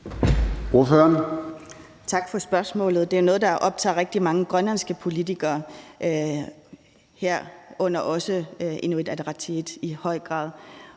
Tak for spørgsmålet. Det er noget, der optager rigtig mange grønlandske politikere, herunder også Inuit Ataqatigiit, i høj grad.